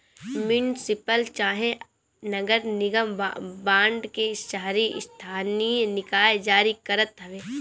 municipal चाहे नगर निगम बांड के शहरी स्थानीय निकाय जारी करत हवे